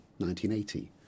1980